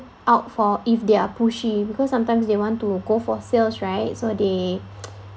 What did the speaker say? out for if they're pushy because sometimes they want to go for sales right so they